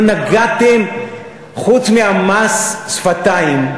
לא נגעתם חוץ מהמס-שפתיים,